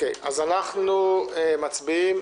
אנחנו מצביעים.